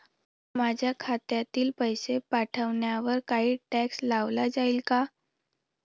माझ्या खात्यातील पैसे पाठवण्यावर काही टॅक्स लावला जाईल का?